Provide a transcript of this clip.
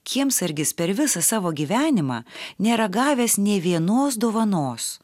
kiemsargis per visą savo gyvenimą nėra gavęs nė vienos dovanos